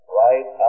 right